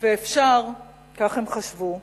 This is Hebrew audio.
ואפשר, כך הם חשבו,